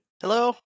hello